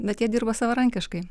bet jie dirba savarankiškai